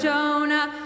Jonah